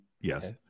yes